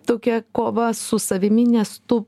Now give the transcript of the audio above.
tokia kova su savimi nes tu